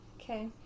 Okay